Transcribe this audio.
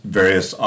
various